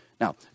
Now